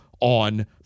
on